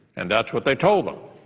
and that's what they told them,